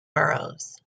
boroughs